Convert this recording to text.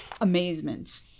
amazement